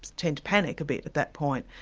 tend to panic a bit at that point.